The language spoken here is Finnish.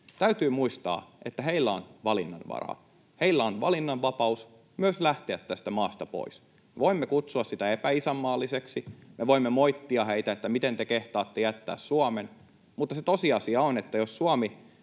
täytyy muistaa, että heillä on valinnanvaraa. Heillä on valinnanvapaus myös lähteä tästä maasta pois. Voimme kutsua sitä epäisänmaallisuudeksi, ja voimme moittia heitä, että miten te kehtaatte jättää Suomen, mutta tosiasia on, että jos Suomi